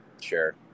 Sure